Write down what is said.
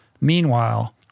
Meanwhile